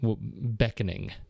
beckoning